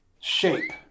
shape